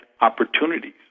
opportunities